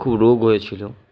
খুব রোগ হয়েছিল